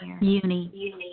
Uni